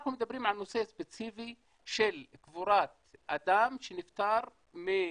אנחנו מדברים על נושא ספציפי של קבורת אדם שנפטר מהקורונה,